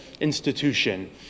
institution